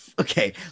Okay